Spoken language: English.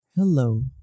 Hello